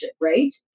right